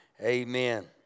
amen